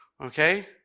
okay